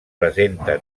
presenta